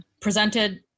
presented